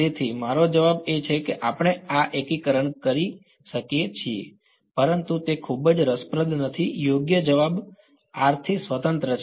તેથી મારો જવાબ એ છે કે આપણે આ એકીકરણ કરી શકીએ છીએ પરંતુ તે ખૂબ જ રસપ્રદ નથી યોગ્ય જવાબ થી સ્વતંત્ર છે